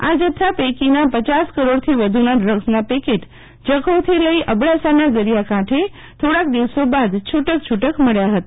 આ જથ્થા પૈકીના પયાસ કરોડથી વધુના ડ્રગ્સના પેકેટ જખો થી લઇ અબડાસાના દરિયાકાંઠે થોડાક દિવસો બાદ છુટક છુટક મબ્યાં હતા